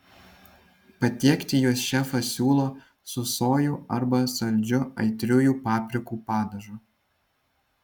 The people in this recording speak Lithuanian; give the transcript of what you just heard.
patiekti juos šefas siūlo su sojų arba saldžiu aitriųjų paprikų padažu